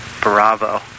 Bravo